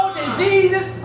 diseases